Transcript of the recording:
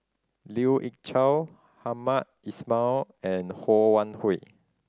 Lien Ying Chow Hamed Ismail and Ho Wan Hui